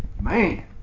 Man